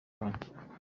wanjye